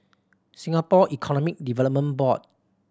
Singapore Economy Development Board